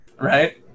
right